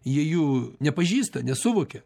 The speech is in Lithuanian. jie jų nepažįsta nesuvokia